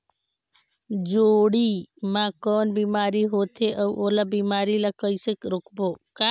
जोणी मा कौन बीमारी होथे अउ ओला बीमारी ला कइसे रोकबो?